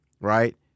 right